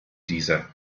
dieser